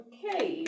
Okay